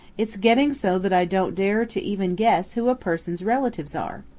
it's getting so that i don't dare to even guess who a person's relatives are.